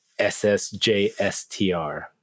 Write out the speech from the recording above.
SSJSTR